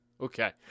Okay